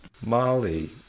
Molly